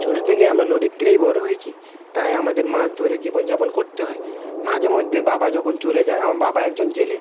ছোটো থেকেই আমরা নদীর তীরেই বড়ো হয়েছি তাই আমাদের মাছ ধরে জীবনযাপন করতে হয় মাঝে মধ্যে বাবা যখন চলে যায় আমার বাবা একজন জেলে